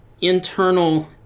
internal